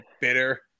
bitter